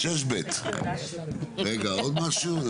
רגע עוד משהו?